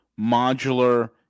modular